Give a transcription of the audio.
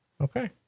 okay